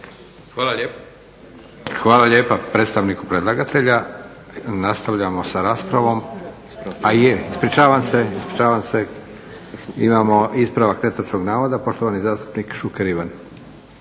Josip (SDP)** Hvala lijepa predstavniku predlagatelja. Nastavljamo sa raspravom. Ispričavam se, imamo ispravak netočnog navoda. Poštovani zastupnik Šuker Ivan.